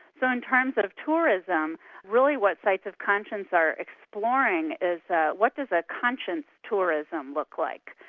so in terms of tourism really what sites of conscience are exploring, is what does a conscience tourism look like?